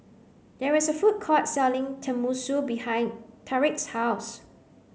there is a food court selling Tenmusu behind Tyriq's house